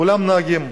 כולם נהגים.